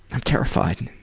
i'm terrified.